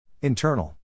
internal